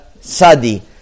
sadi